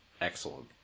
excellent